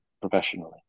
professionally